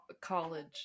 college